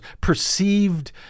perceived